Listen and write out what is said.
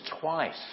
twice